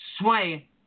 sway